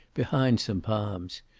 behind some palms.